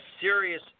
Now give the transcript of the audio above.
serious